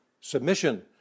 submission